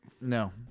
No